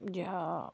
یا